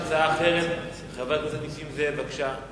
יש הצעה אחרת, של חבר הכנסת נסים זאב, בבקשה.